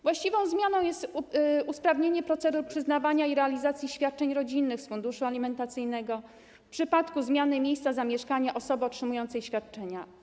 Właściwą zmianą jest usprawnienie procedur przyznawania i realizacji świadczeń rodzinnych z funduszu alimentacyjnego w przypadku zmiany miejsca zamieszkania osoby otrzymującej świadczenia.